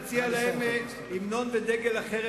תציע להם המנון ודגל אחר,